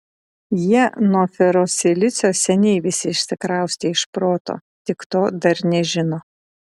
jie nuo ferosilicio seniai visi išsikraustė iš proto tik to dar nežino